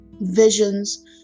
visions